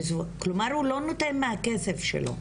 כלומר, הוא לא נותן מהכסף שלו.